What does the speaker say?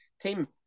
team